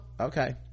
okay